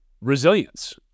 resilience